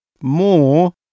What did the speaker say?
More